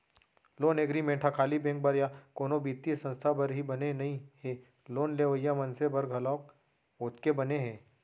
loan agreement ह खाली bank बर या कोनो बित्तीय संस्था बर ही बने नइ हे लोन लेवइया मनसे बर घलोक ओतके बने हे